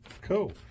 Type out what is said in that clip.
Cool